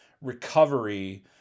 recovery